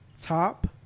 top